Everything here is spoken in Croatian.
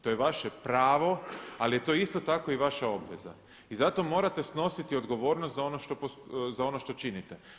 To je vaše pravo, ali je to isto tako i vaša obveza i zato morate snositi odgovornost za ono što činite.